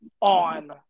on